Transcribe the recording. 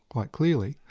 quite clearly,